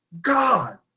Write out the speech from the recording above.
God